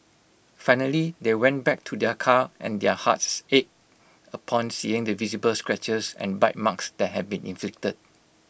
finally they went back to their car and their hearts's ached upon seeing the visible scratches and bite marks that had been inflicted